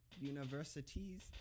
universities